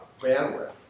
bandwidth